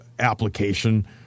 application